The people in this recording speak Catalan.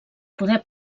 poder